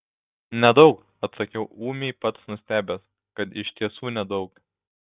nedaug atsakiau ūmiai pats nustebęs kad iš tiesų nedaug